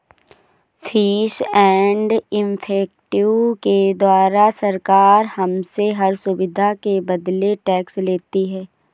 fees and effective के द्वारा सरकार हमसे हर सुविधा के बदले टैक्स लेती है